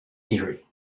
theory